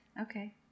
okay